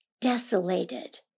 desolated